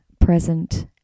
present